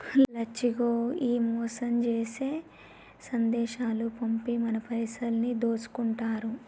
లచ్చిగో ఈ మోసం జేసే సందేశాలు పంపి మన పైసలన్నీ దోసుకుంటారు